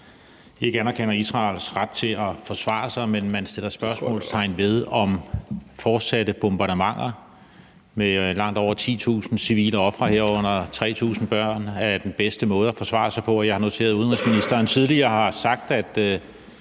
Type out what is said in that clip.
ikke anerkender Israels ret til at forsvare sig, men man sætter spørgsmålstegn ved, om fortsatte bombardementer med langt over 10.000 civile ofre, herunder 3.000 børn, er den bedste måde at forsvare sig på. Og jeg har noteret mig, at udenrigsministeren tidligere har sagt, at